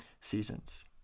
seasons